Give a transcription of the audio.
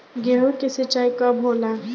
गेहूं के सिंचाई कब होला?